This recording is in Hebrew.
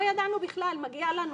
לא ידענו בכלל שמגיע לנו,